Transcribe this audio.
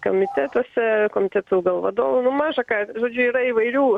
komitetuose komitetų gal vadovu nu maža ką žodžiu yra įvairių